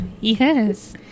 Yes